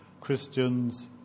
Christians